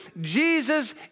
Jesus